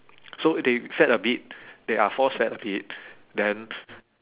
so they fed a bit they are force fed a bit then